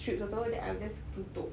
strips also then I will just tutup